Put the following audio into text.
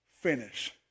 finish